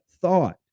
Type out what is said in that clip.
Thought